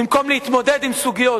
במקום להתמודד עם סוגיות,